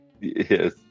Yes